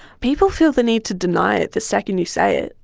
people feel the need to deny it the second you say it.